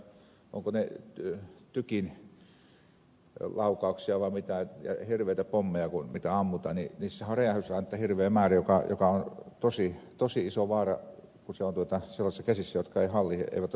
siellä on näitä ovatko ne tykinlaukauksia vai mitä ja hirveitä pommeja mitä ammutaan niissähän on räjähdysaineita hirveä määrä joka on tosi iso vaara kun se on sellaisissa käsissä jotka eivät ole saaneet koulutusta niiden käyttöön